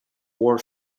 war